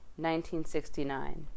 1969